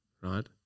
right